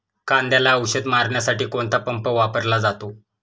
कांद्याला औषध मारण्यासाठी कोणता पंप वापरला जातो?